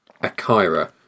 Akira